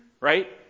right